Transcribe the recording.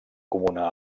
comuna